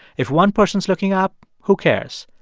if one person's looking up, who cares?